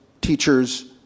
teachers